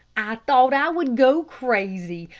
i thought i would go crazy.